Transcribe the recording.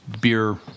beer